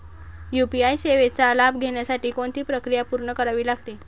UPI सेवेचा लाभ घेण्यासाठी कोणती प्रक्रिया पूर्ण करावी लागते?